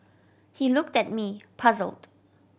he looked at me puzzled